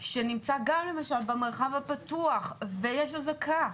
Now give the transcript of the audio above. שנמצא גם למשל במרחב הפתוח ויש אזעקה,